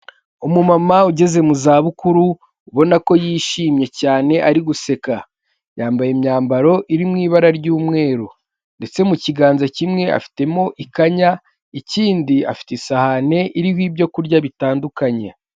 Umumama ugeze mu zabukuru ubonako yishimye cyane ari guseka, yambaye imyambaro iri mu ibara ry'umweru ndetse mu kiganza kimwe afitemo ikanya, ikindi afite isahane iriho ibyo kurya bitandukanye.